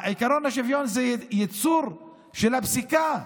עיקרון השוויון זה יצור של הפסיקה.